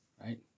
right